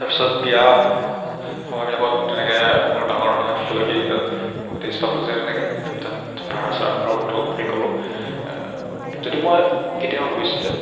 তাৰপিছত বিয়া সভাহবিলাকত তেনেকৈ মোৰ ডাঙৰ মানে ফটোগ্ৰাফী গোটেই ষ্টাফটো যায় তেনেকৈ তাত ভাড়া চাৰা মাৰোঁ ফটোগ্ৰাফী কৰোঁ যদি মই কেতিয়াবা ভৱিষ্যতে